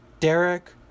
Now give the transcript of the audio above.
Derek